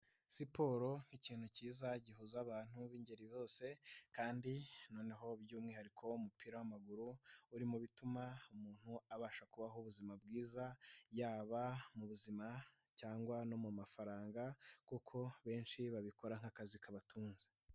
Siporo ni ikintu cyiza gihuza abantu b'ingeri zose kandi noneho by'umwihariko umupira w'amaguru, uri mu bituma umuntu abasha kubaho ubuzima bwiza, yaba mu buzima cyangwa no mu mafaranga kuko benshi babikora nk'akazi kabatunze.